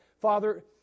Father